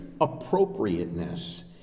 appropriateness